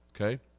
okay